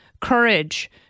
courage